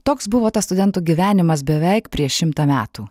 toks buvo tas studentų gyvenimas beveik prieš šimtą metų